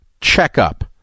CHECKUP